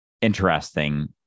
interesting